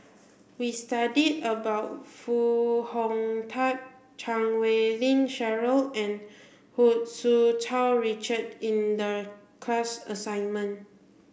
we studied about Foo Hong Tatt Chan Wei Ling Cheryl and Hu Tsu Tau Richard in the class assignment